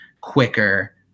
quicker